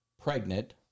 pregnant